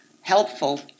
helpful